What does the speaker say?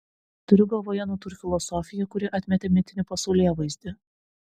turiu galvoje natūrfilosofiją kuri atmetė mitinį pasaulėvaizdį